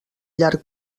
llarg